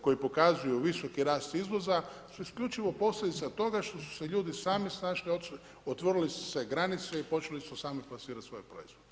koji pokazuju visoki rast izvoza su isključivo posljedica toga što su se ljudi sami snašli, otvorile su se granice i počeli su sami plasirat svoje proizvode.